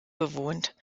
bewohnt